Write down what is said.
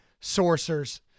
sorcerers